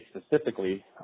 specifically